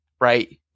Right